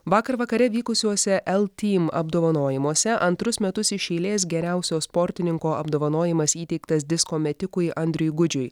vakar vakare vykusiuose eltym apdovanojimuose antrus metus iš eilės geriausio sportininko apdovanojimas įteiktas disko metikui andriui gudžiui